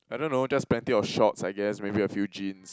I don't know just plenty of shorts I guess maybe a few jeans